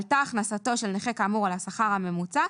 עלתה הכנסתו החודשית של נכה כאמור על השכר הממוצע,